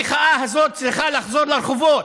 המחאה הזאת צריכה לחזור לרחובות.